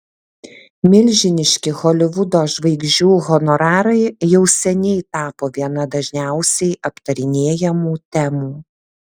milžiniški holivudo žvaigždžių honorarai jau seniai tapo viena dažniausiai aptarinėjamų temų